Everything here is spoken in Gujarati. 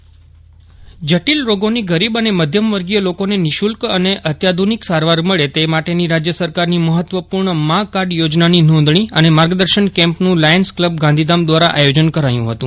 અશરફ નથવાણી મા કાર્ડ કેમ્પ જટિલ રોગોની ગરીબ અને મધ્યમવર્ગીય લોકોને નિઃશ્રુલ્ક અને અત્યાધુનિક સારવાર થળે તે માટેની રાજય સરકારની મહત્ત્વપૂર્ણ મા કાર્ડ યોજનાની નોંધપ્રી અને માર્ગદર્શન કેમ્પનું લાયન્સ કલબ ગાંધીધાય દ્વારા આયોજન કરાયું હતું